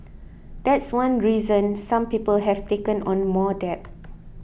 that's one reason some people have taken on more debt